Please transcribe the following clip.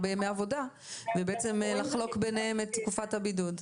הרבה ימי עבודה ובעצם לחלוק ביניהם את תקופת הבידוד.